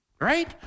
Right